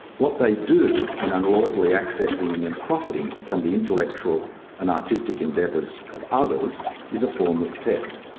what they do in unlawfully accessing and then profiting from the intellectual and artistic endeavours of others is a form of theft.